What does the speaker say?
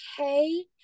okay